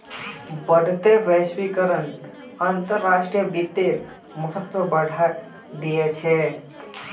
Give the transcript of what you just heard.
बढ़ते वैश्वीकरण अंतर्राष्ट्रीय वित्तेर महत्व बढ़ाय दिया छे